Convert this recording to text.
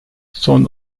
son